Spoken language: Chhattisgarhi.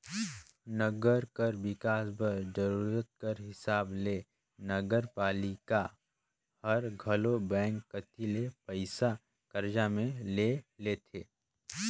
नंगर कर बिकास बर जरूरत कर हिसाब ले नगरपालिका हर घलो बेंक कती ले पइसा करजा में ले लेथे